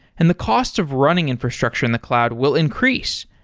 and the costs of running infrastructure in the cloud will increase.